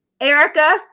Erica